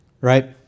right